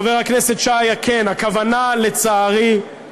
חבר הכנסת שי, כן, הכוונה, לצערי,